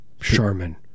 Charmin